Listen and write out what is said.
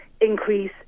increase